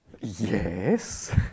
Yes